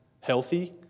healthy